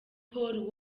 paul